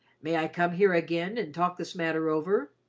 may i come here again and talk this matter over?